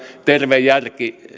terve järki